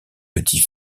petit